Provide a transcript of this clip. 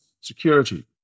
security